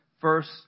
first